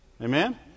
Amen